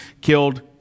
killed